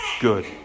good